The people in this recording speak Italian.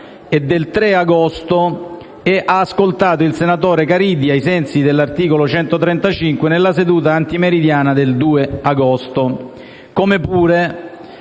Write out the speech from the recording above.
e del 3 agosto, e ha ascoltato il senatore Caridi, ai sensi dell'articolo 135, nella seduta antimeridiana del 2 agosto.